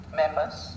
members